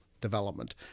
development